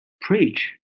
preach